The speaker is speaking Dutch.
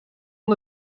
met